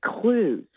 clues